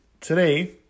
today